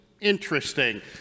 interesting